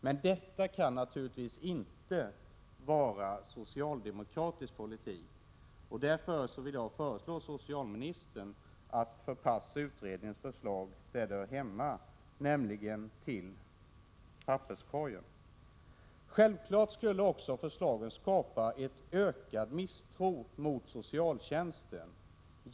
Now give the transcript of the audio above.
Men det kan naturligtvis inte vara socialdemokratisk politik. Därför föreslår jag socialministern att förpassa utredningens förslag dit där det hör hemma — nämligen till papperskorgen. Om förslagen genomförs, skulle det självfallet också skapa en ökad misstro mot socialtjänsten.